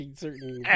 certain